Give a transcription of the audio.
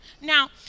Now